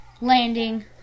landing